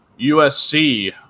usc